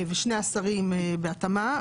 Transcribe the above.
שזה שני השרים בהתאמה,